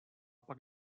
pak